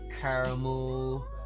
caramel